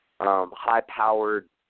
High-powered